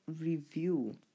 review